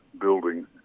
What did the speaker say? building